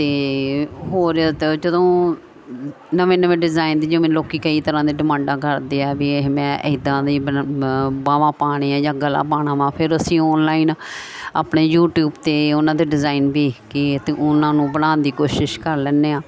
ਅਤੇ ਹੋ ਰਿਹਾ ਤਾਂ ਜਦੋਂ ਨਵੇਂ ਨਵੇਂ ਡਿਜ਼ਾਇਨ ਦੇ ਜਿਵੇਂ ਲੋਕ ਕਈ ਤਰ੍ਹਾਂ ਦੇ ਡਿਮਾਂਡਾਂ ਕਰਦੇ ਆ ਵੀ ਇਹ ਮੈਂ ਇੱਦਾਂ ਦੀ ਬ ਬਾਹਵਾਂ ਪਾਉਣੀਆਂ ਜਾਂ ਗਲਾ ਪਾਉਣਾ ਬਾ ਫਿਰ ਅਸੀਂ ਓਨਲਾਈਨ ਆਪਣੇ ਯੂਟਿਊਬ 'ਤੇ ਉਹਨਾਂ ਦੇ ਡਿਜ਼ਾਇਨ ਦੇਖ ਕੇ ਅਤੇ ਉਹਨਾਂ ਨੂੰ ਬਣਾਉਣ ਦੀ ਕੋਸ਼ਿਸ਼ ਕਰ ਲੈਂਦੇ ਹਾਂ